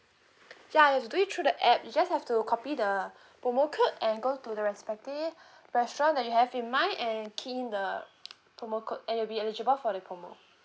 ya if you do it through the app you just have to copy the promo code and go to the respective restaurant that you have in mind and key in the promo code and you'll be eligible for the promo